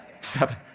seven